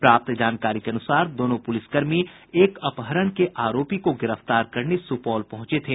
प्राप्त जानकारी के अनुसार दोनों पुलिसकर्मी एक अपहरण के आरोपी को गिरफ्तार करने सुपौल पहुंचे थे